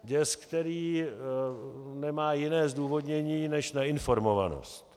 Děs, který nemá jiné zdůvodnění než neinformovanost.